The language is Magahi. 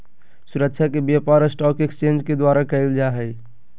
सुरक्षा के व्यापार स्टाक एक्सचेंज के द्वारा क़इल जा हइ